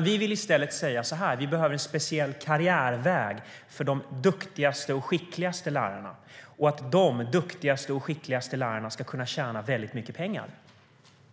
Vi vill i stället säga så här: Vi behöver en speciell karriärväg för de duktigaste och skickligaste lärarna. De duktigaste och skickligaste lärarna ska kunna tjäna väldigt mycket pengar.